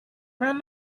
around